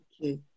Okay